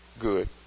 good